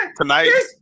tonight